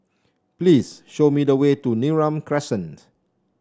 please show me the way to Neram Crescent